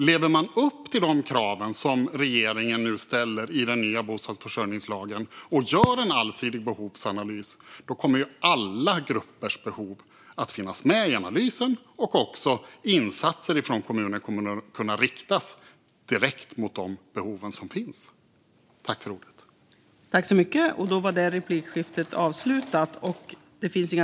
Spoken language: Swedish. Lever man upp till de krav regeringen nu ställer i den nya bostadsförsörjningslagen och gör en allsidig behovsanalys kommer alltså alla gruppers behov att finnas med i analysen, och insatser från kommunen kommer att kunna riktas direkt mot de behov som finns. Ett bättre underlag för åtgärder på bostads-marknaden